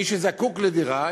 מי שזקוק לדירה,